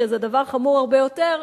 שזה דבר חמור הרבה יותר,